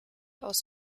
aus